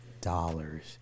dollars